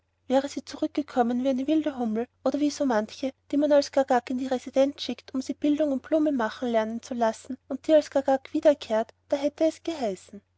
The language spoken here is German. wäre sie zurückgekommen wie eine wilde hummel oder wie so manche die man als gagak in die residenz schickt um sie bildung und blumenmachen lernen zu lassen und die als gagak wiederkehrt da hätte es geheißen